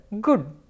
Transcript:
good